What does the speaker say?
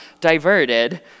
diverted